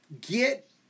Get